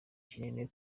kinini